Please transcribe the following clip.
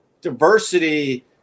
diversity